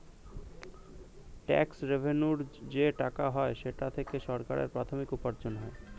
tax রেভেন্যুর যে টাকা হয় সেটা থেকে সরকারের প্রাথমিক উপার্জন হয়